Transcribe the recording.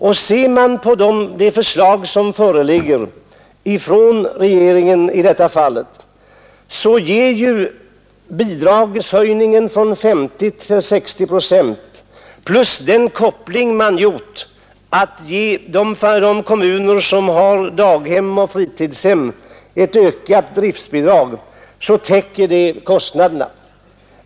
Och regeringens förslag innebär ju ändå en bidragshöjning från 50 till 60 procent plus den koppling som gjorts att kommuner med daghem och fritidshem får ett ökat bidrag så att det täcker kostnaderna.